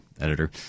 editor